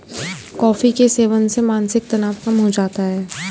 coffee के सेवन से मानसिक तनाव कम हो जाता है